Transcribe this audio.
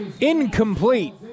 incomplete